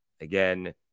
again